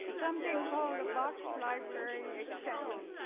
but something called a boxed library extension.